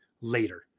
later